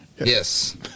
Yes